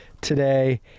today